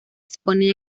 exponen